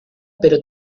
pero